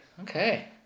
Okay